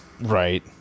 Right